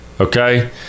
Okay